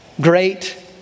great